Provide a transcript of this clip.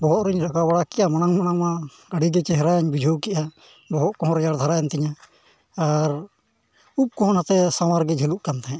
ᱵᱚᱦᱚᱜᱨᱮᱧ ᱞᱟᱜᱟᱣ ᱵᱟᱲᱟ ᱠᱮᱫᱼᱟ ᱢᱟᱲᱟᱝᱼᱢᱟᱲᱟᱝ ᱢᱟ ᱟᱹᱰᱤᱜᱮ ᱪᱮᱦᱨᱟᱧ ᱵᱩᱡᱷᱟᱹᱣ ᱠᱮᱫᱼᱟ ᱵᱚᱦᱚᱜ ᱠᱚᱦᱚᱸ ᱨᱮᱭᱟᱲ ᱫᱷᱟᱨᱟᱭᱮᱱ ᱛᱤᱧᱟᱹ ᱟᱨ ᱩᱯ ᱠᱚᱦᱚᱸ ᱱᱟᱥᱮ ᱥᱟᱶᱟᱨ ᱜᱮ ᱡᱷᱟᱹᱞᱟᱹᱜ ᱠᱟᱱ ᱛᱟᱦᱮᱸᱫ